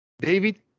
David